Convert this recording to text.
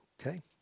okay